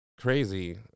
crazy